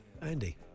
Andy